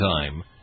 time